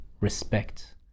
respect